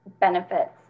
benefits